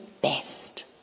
best